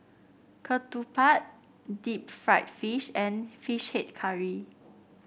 ketupat Deep Fried Fish and fish head curry